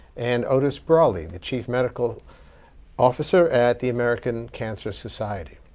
and otis brawley, the chief medical officer at the american cancer society.